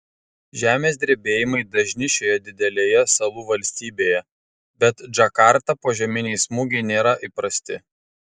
žemės drebėjimai dažni šioje didelėje salų valstybėje bet džakartą požeminiai smūgiai nėra įprasti